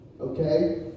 okay